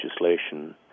legislation